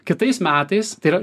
kitais metais tai yra